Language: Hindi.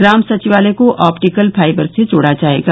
ग्राम सचिवालय को ऑप्टिकल फाइबर से जोड़ा जायेगा